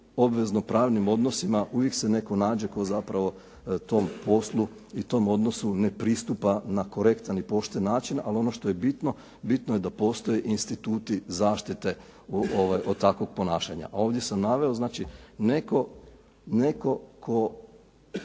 obvezno-pravnim odnosima uvijek se netko nađe tko zapravo tom poslu i tom odnosu ne pristupa na korektan i pošten način. Ali ono što je bitno, bitno je da postoje instituti zaštite od takvog ponašanja. Ovdje sam naveo znači netko tko